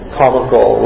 comical